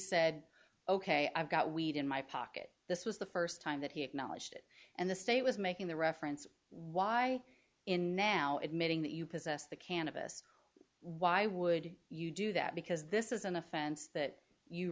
said ok i've got weed in my pocket this was the first time that he acknowledged it and the state was making the reference why in now admitting that you possess the cannabis why would you do that because this is an offense that you